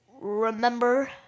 remember